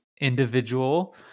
individual